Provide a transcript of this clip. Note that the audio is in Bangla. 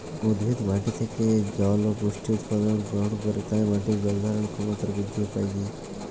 উদ্ভিদ মাটি থেকে জল ও পুষ্টি উপাদান গ্রহণ করে তাই মাটির জল ধারণ ক্ষমতার বৃদ্ধির উপায় কী?